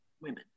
women